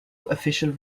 official